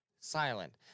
silent